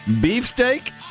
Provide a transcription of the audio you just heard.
Beefsteak